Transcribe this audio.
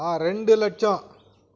ரெண்டு லட்சம்